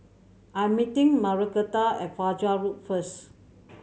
I'm meeting Margretta at Fajar Road first